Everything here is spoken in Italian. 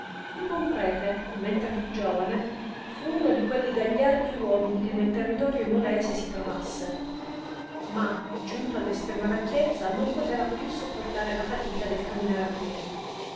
il buon prete mentre fu giovane fu uno di quelli gagliardi uomini che nel territorio imolese si trovasse ma giunto all estrema vecchiezza non poteva più sopportare la fatica del caminar a piedi